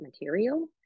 material